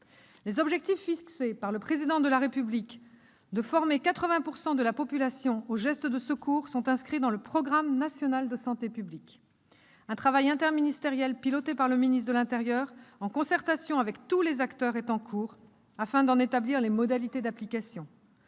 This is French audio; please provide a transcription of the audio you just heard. Les objectifs fixés par le Président de la République de formation de 80 % de la population aux gestes de secours sont inscrits dans le programme national de santé publique. Un travail interministériel piloté par le ministère de l'intérieur en concertation avec tous les acteurs est en cours afin d'en établir les modalités d'application.